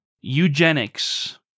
Eugenics